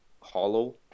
hollow